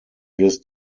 jedes